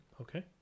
Okay